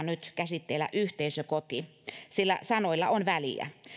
nyt käsitteellä yhteisökoti sillä sanoilla on väliä